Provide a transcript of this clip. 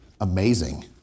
amazing